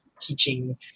teaching